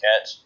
catch